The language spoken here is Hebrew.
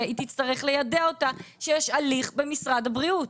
היא תצטרך ליידע אותה שיש הליך במשרד הבריאות.